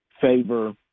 favor